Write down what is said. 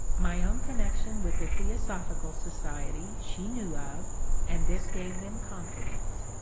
my own connection with the theosophical society she knew of and this gave them confidence.